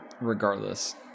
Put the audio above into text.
regardless